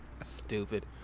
Stupid